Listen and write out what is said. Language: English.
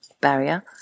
barrier